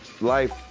Life